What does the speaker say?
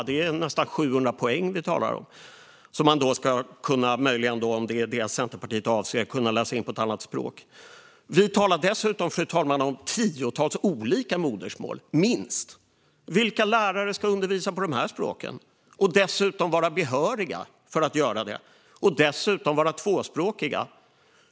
Det är nästan 700 poäng vi talar om, som man då möjligen, om det är det Centerpartiet avser, ska kunna läsa in på ett annat språk. Vi talar dessutom, fru talman, om tiotals olika modersmål - minst. Vilka lärare ska undervisa på dessa språk och dessutom vara behöriga för att göra det och dessutom vara tvåspråkiga?